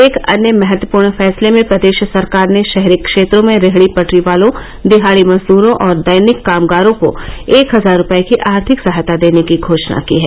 एक अन्य महत्वपूर्ण फैसले में प्रदेश सरकार ने शहरी क्षेत्रों में रेहड़ी पटरी वालों दिहाड़ी मजदूरों और दैनिक कामगारों को एक हजार रूपये की आर्थिक सहायता देने की घोषणा की है